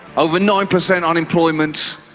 over nine percent unemployment,